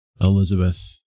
Elizabeth